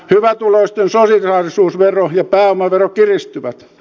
hyvätuloisten solidaarisuusvero ja pääomavero kiristyvät